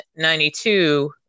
92